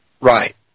right